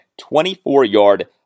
24-yard